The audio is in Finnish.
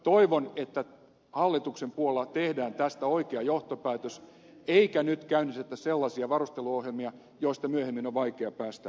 toivon että hallituksen puolella tehdään tästä oikea johtopäätös eikä nyt käynnistetä sellaisia varusteluohjelmia joista myöhemmin on vaikea päästä eroon